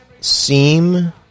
seem